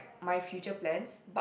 my future plans but